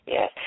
Yes